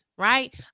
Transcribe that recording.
right